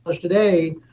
today